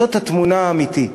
זאת התמונה האמיתית.